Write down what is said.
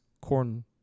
corn